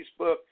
Facebook